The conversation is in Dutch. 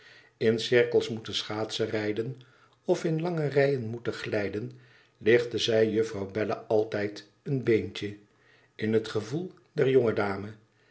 in cirkels moeten schaatsenrijden of in lange rijen moeten glijden lichtte zij juffrouw bella altijd een beentje in het gevoel der